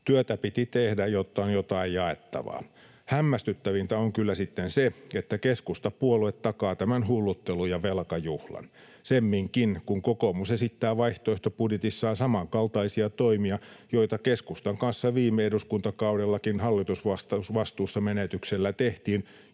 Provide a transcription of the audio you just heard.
Työtä piti tehdä, jotta on jotain jaettavaa. Hämmästyttävintä on kyllä sitten se, että keskustapuolue takaa tämän hulluttelun ja velkajuhlan — semminkin, kun kokoomus esittää vaihtoehtobudjetissaan samankaltaisia toimia, joita keskustan kanssa viime eduskuntakaudellakin hallitusvastuussa menestyksellä tehtiin